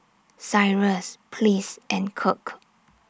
Cyrus Pleas and Kirk